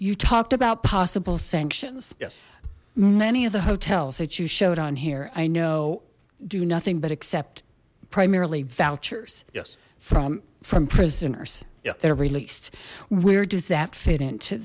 you talked about possible sanctions many of the hotels that you showed on here i know do nothing but accept primarily vouchers yes from from prisoners they're released where does that fit into